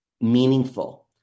meaningful